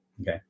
okay